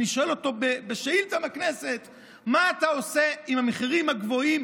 אני שואל אותו בשאילתה בכנסת: מה אתה עושה עם המחירים הגבוהים